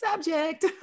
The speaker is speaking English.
subject